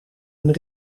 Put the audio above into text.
een